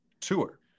tour